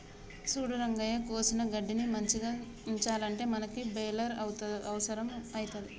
సూడు రంగయ్య కోసిన గడ్డిని మంచిగ ఉంచాలంటే మనకి బెలర్ అవుసరం అయింది